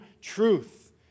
truth